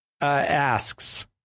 asks